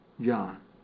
John